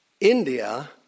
India